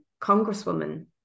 Congresswoman